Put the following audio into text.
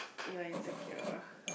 you're insecure